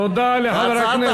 תודה לחבר הכנסת,